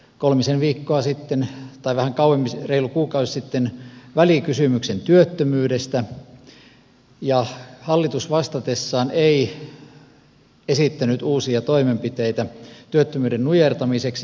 kolmisen viikkoa sitten päivän tekivät reilu kuukausi sitten välikysymyksen työttömyydestä eikä hallitus vastatessaan esittänyt uusia toimenpiteitä työttömyyden nujertamiseksi